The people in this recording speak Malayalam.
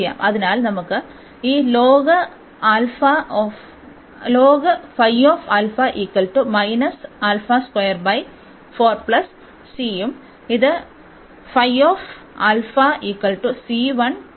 അതിനാൽ നമുക്ക് ഈ ഉം ഇത് ഉം ലഭിക്കും